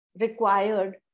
required